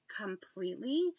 completely